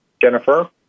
Jennifer